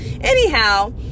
anyhow